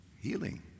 Healing